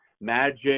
Magic